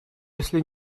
если